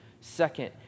Second